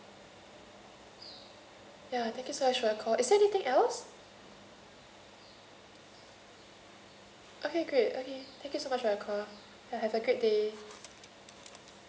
ya thank you so much for your call is there anything else okay great okay thank you so much for your call uh have a great day